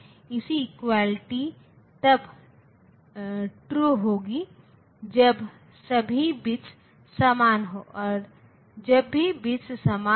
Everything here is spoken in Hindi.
इसलिए स्वाभाविक रूप से ये हाई और लौ लेवल्स टीटीएल की तुलना में बहुत कम है जो हमारे पास में है